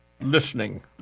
listening